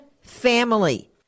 family